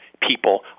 people